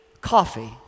coffee